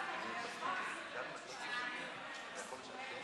את יודעת מה, פשוט, מיקי.